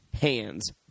Hands